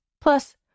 Plus